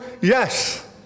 Yes